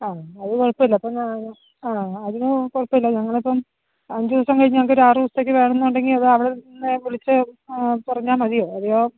ആ അത് കുഴപ്പമില്ല അപ്പോൾ ഞാൻ ആ അതിന് കുഴപ്പമില്ല ഞങ്ങളിപ്പം അഞ്ചുദിവസം കഴിഞ്ഞ് ഞങ്ങൾക്ക് ഒരു ആറു ദിവസത്തേക്ക് വേണമെന്നുണ്ടെങ്കിൽ അത് അവിടെ നിന്ന് വിളിച്ച് പറഞ്ഞാൽ മതിയോ അതെയോ